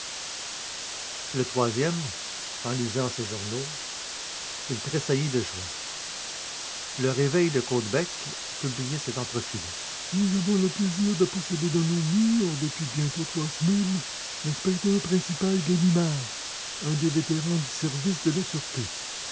le troisième en lisant ses journaux il tressaillit de joie le réveil de caudebec publiait cet entrefilet nous avons le plaisir de posséder dans nos murs voilà bientôt trois semaines l'inspecteur principal ganimard un des vétérans du service de la sûreté